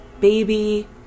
baby